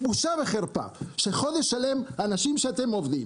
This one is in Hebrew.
בושה וחרפה שחודש שלם אנשים שאתם מעסיקים